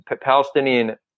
Palestinian